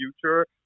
future